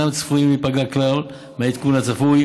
אינם צפויים להיפגע כלל מהעדכון הצפוי